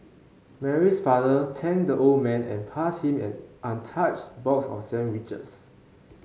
Mary's father thanked the old man and passed him an untouched box of sandwiches